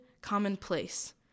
commonplace